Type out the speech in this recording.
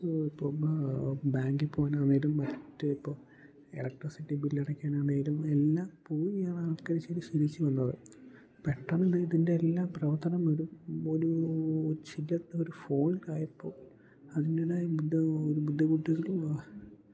ഇപ്പം ബാങ്കി പോവാനാന്നേലും മറ്റ് ഇപ്പോൾ എലക്ട്രിസിറ്റി ബില്ലടയ്ക്കാൻ ആണേലും എല്ലാം പോയിയാണ് ആൾക്കാർ ശീലിച്ച് വന്നത് പെട്ടന്ന് ഇതിൻ്റെ എല്ലാ പ്രവർത്തനം ഒരു ഒരൂ ചില്ല ഒരു ഫോണിലായപ്പോൾ അങ്ങനെ ബുദ്ധിമുട്ട് ഒരു ബുദ്ധിമുട്ടുകൾ